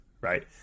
right